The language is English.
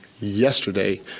yesterday